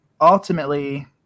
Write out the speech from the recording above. ultimately